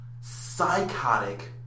psychotic